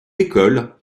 école